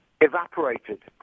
evaporated